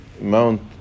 Mount